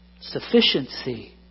Sufficiency